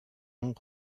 ans